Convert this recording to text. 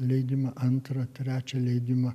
leidimą antrą trečią leidimą